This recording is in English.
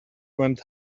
went